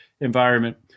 environment